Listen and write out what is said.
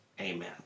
Amen